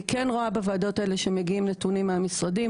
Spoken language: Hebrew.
אני כן רואה בוועדות האלה שמגיעים נתונים מהמשרדים,